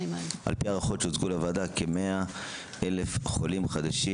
על פי הערכות שהוצגו לוועדה כ-100,000 חולים חדשים